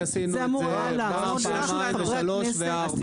עשינו את זה פעם, פעמיים, שלוש וארבע.